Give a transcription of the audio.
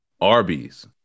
Arby's